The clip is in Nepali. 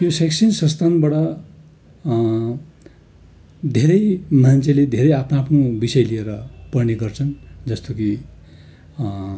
यो शैक्षिक संस्थानबाट धेरै मान्छेले धेरै आफ्नो आफ्नो विषय लिएर पढ्ने गर्छन् जस्तो कि